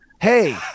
hey